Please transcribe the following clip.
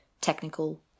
technical